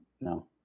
No